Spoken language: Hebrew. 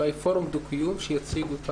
אולי שפורום דו-קיום יציג.